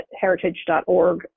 heritage.org